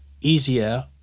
easier